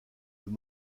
deux